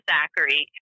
Zachary